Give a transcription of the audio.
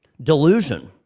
Delusion